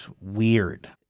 weird